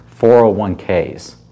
401ks